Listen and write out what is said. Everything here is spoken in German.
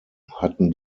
hatten